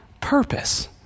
Purpose